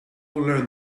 learn